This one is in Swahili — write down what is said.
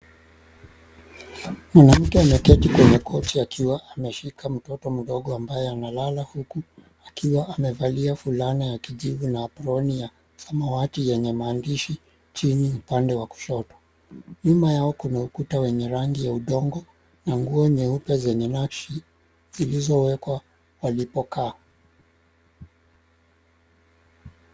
Mwanamke ameketi kwenye kiti akiwa ameshika mtoto mdogo ambaye analala huku akiwa amevalia fulana la kijivu na aproni ya samawati yenye maandishi chini upande wa kushoto .Nyuma yao Kuna ukuta wenye rangi ya udongo na nguo nyeupe zenye rashi zilizowekwa alipokaa.